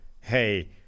hey